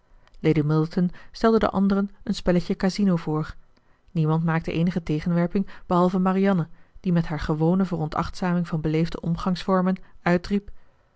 lady middleton stelde den anderen een spelletje casino voor niemand maakte eenige tegenwerping behalve marianne die met haar gewone veronachtzaming van beleefde omgangsvormen uitriep